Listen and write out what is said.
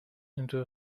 into